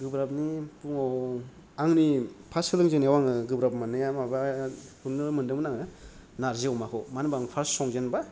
गोब्राबनि बुङाव आंनि फर्स्ट सोलोंजेननायाव आङो गोब्राब मोननाया माबाया खौनो मोनदोंमोन आङो नारजि अमाखौ मानो होनबा आं फर्स्ट संजेनबा